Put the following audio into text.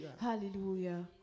Hallelujah